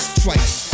twice